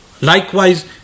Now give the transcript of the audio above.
Likewise